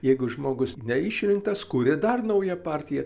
jeigu žmogus neišrinktas kuria dar naują partiją